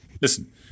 listen